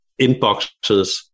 inboxes